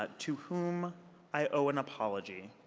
ah to whom i owe an apology.